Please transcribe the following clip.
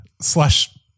slash